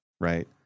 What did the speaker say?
Right